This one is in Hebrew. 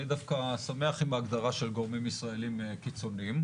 אני דווקא שמח עם ההגדרה של גורמים ישראלים קיצוניים,